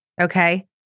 Okay